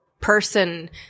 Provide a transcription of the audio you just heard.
person